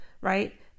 right